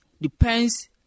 depends